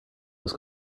was